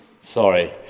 Sorry